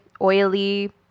oily